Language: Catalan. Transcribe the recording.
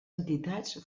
entitats